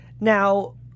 Now